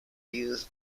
use